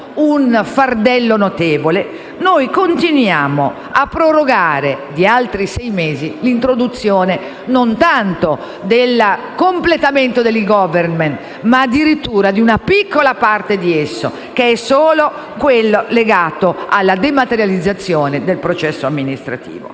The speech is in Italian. un fardello notevole, continuiamo a prorogare, di altri sei mesi, l'introduzione non tanto del completamento dell'*e-government* ma addirittura di una piccola parte di esso, che è solo quello legato alla dematerializzazione del processo amministrativo.